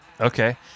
okay